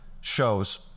shows